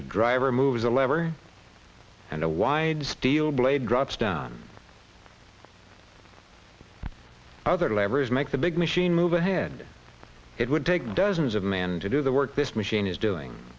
the driver moves a lever and a wide steel blade drops down other levers makes a big machine move ahead it would take dozens of man to do the work this machine is doing